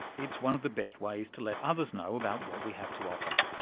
it's one of the best ways to let others know about what we have to offer.